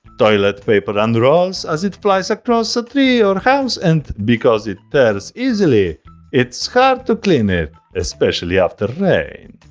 toilet paper unrolls as it flies across a tree or house and because it tears easily it's hard to clean it. especially after rain.